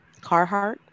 Carhartt